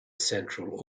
central